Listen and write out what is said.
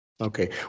Okay